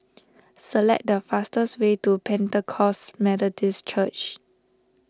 select the fastest way to Pentecost Methodist Church